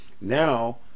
Now